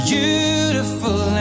Beautiful